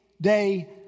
day